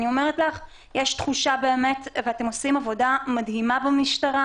יש תחושה שאתם עושים עבודה מדהימה במשטרה,